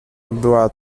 była